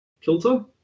kilter